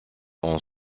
ont